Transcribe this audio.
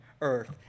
earth